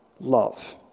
love